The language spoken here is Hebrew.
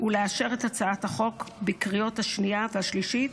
ולאשר את הצעת החוק בקריאה השנייה והשלישית